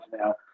now